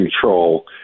control